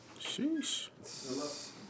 Sheesh